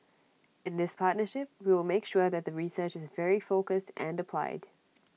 in this partnership we will make sure that the research is very focused and applied